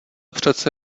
přece